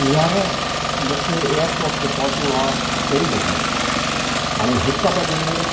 यार मूंखे एयरपॉर्ट ते पहुचणो आहे चईं बजे हाणे हिकु बजे